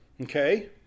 Okay